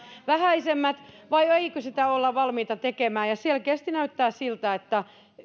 vähäisemmät vai eikö sitä olla valmiita tekemään selkeästi näyttää siltä että